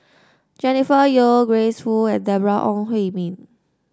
Jennifer Yeo Grace Fu and Deborah Ong Hui Min